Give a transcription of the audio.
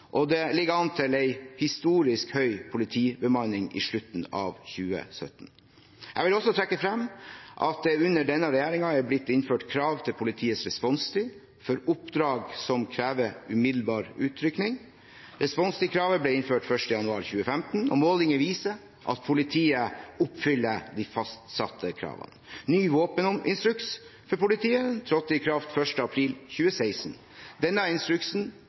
og det ligger an til en historisk høy politibemanning i slutten av 2017. Jeg vil også trekke frem at det under denne regjeringen er blitt innført krav til politiets responstid for oppdrag som krever umiddelbar utrykning. Responstidkravet ble innført 1. januar 2015, og målinger viser at politiet oppfyller de fastsatte kravene. Ny våpeninstruks for politiet trådte i kraft 1. april 2016. Denne instruksen